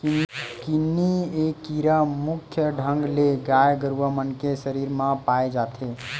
किन्नी ए कीरा मुख्य ढंग ले गाय गरुवा मन के सरीर म पाय जाथे